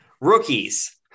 rookies